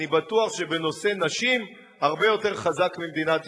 אני בטוח שבנושא נשים הוא הרבה יותר חזק ממדינת ישראל.